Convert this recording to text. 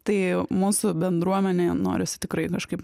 tai mūsų bendruomenėje norisi tikrai kažkaip